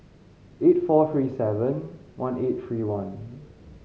eight four three seven one eight three one